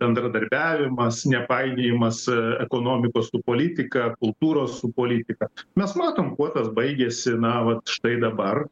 bendradarbiavimas nepainiojimas ekonomikos su politika kultūros su politika mes matom kuo tas baigėsi na vat štai dabar